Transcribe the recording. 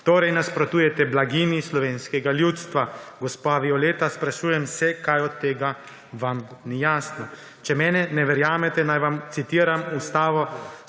Torej nasprotujete blaginji slovenskega ljudstva. Gospa Violeta, sprašujem se, kaj od tega vam ni jasno. Če meni ne verjamete, naj vam citiram Ustavno